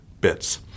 bits